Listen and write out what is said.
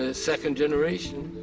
ah second generation,